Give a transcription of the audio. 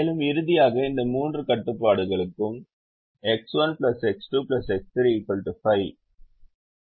மேலும் இறுதியாக இந்த மூன்று கட்டுப்பாடுகளுக்கும் x 1 x 2 x 3 5 க்கும் உட்பட்ட அளவைக் குறைக்கும் சூத்திரத்தை எழுதினோம்